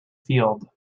field